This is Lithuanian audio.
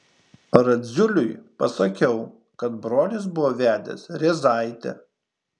radziuliui pasakiau kad brolis buvo vedęs rėzaitę